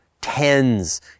tens